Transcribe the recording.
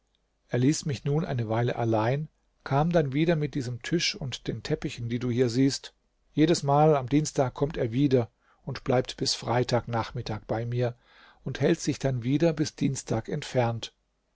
er ließ mich nun eine weile allein kam dann wieder mit diesem tisch und den teppichen die du hier siehst jedesmal am dienstag kommt er wieder und bleibt bis freitag nachmittag bei mir und hält sich dann wieder bis dienstag entfernt